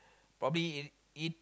probably in in